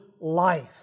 life